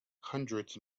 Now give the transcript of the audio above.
hundreds